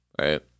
right